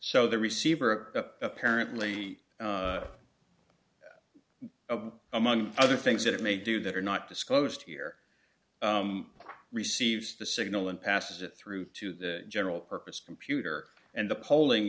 so the receiver apparently among other things that it may do that are not disclosed here receives the signal and passes it through to the general purpose computer and the polling